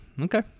Okay